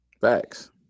Facts